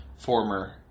Former